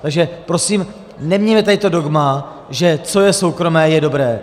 Takže prosím, nemějme tady to dogma, že co je soukromé, je dobré.